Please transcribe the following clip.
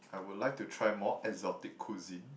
I would like to try more exotic cuisine